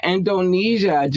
Indonesia